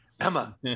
Emma